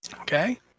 Okay